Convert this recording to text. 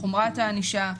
בחומרת הענישה,